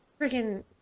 Freaking